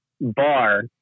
bar